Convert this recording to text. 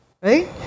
right